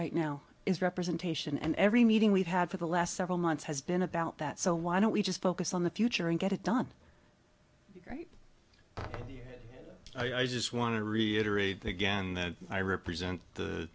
right now is representation and every meeting we've had for the last several months has been about that so why don't we just focus on the future and get it done right here i just want to reiterate again that i represent the